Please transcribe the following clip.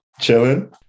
chilling